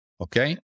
Okay